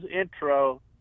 intro